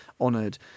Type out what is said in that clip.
honoured